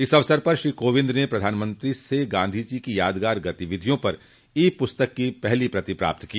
इस अवसर पर श्री कोविंद ने प्रधानमंत्री से गांधी जी की यादगार गतिविधियों पर ई पुस्तक की पहली प्रति प्राप्त की